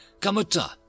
Kamuta